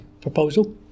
proposal